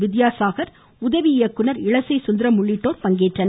வித்தியாசாகர் உதவி இயக்குநர் இளசை சுந்தரம் உள்ளிட்டோர் பங்கேற்றனர்